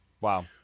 Wow